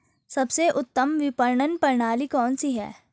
सबसे उत्तम विपणन प्रणाली कौन सी है?